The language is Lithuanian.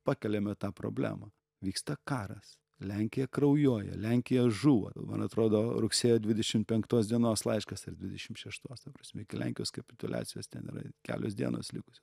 pakeliame tą problemą vyksta karas lenkija kraujuoja lenkija žūva man atrodo rugsėjo dvidešim penktos dienos laiškas ar dvidešim šeštos ta prasme iki lenkijos kapituliacijos ten yra kelios dienos likusio